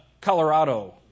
Colorado